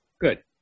Good